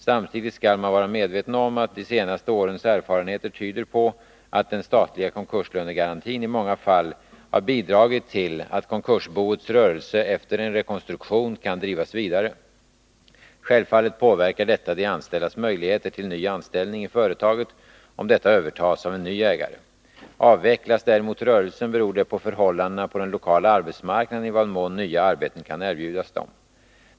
Samtidigt skall man vara medveten om att de senaste årens erfarenheter tyder på att den statliga konkurslönegarantin i många fall har bidragit till att konkursboets rörelse efter en rekonstruktion kan drivas vidare. Självfallet påverkar detta de anställdas möjligheter till ny anställning i företaget, om detta övertas av en ny ägare. Avvecklas däremot rörelsen, beror det på förhållandena på den lokala arbetsmarknaden i vad mån nya arbeten kan erbjudas dem.